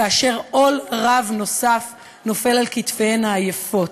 ועול רב נוסף נופל על כתפיהן העייפות.